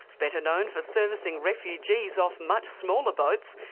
better known for servicing refugees off much smaller boats,